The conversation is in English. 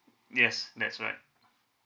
yes that's right